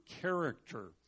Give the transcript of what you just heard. character